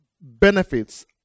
benefits